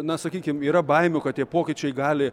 na sakykim yra baimių kad tie pokyčiai gali